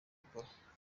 rukora